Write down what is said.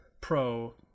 pro